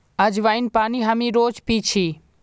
अज्वाइन पानी हामी रोज़ पी छी